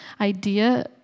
idea